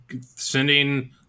sending